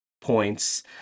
points